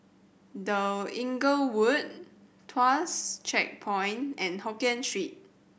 The Inglewood Tuas Checkpoint and Hokien Street